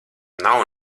nav